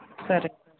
సరే